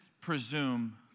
presume